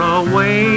away